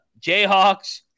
Jayhawks